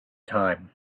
time